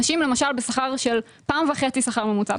אנשים למשל בשכר של פעם וחצי שכר ממוצע,